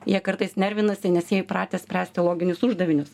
jie kartais nervinasi nes jie įpratę spręsti loginius uždavinius